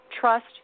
Trust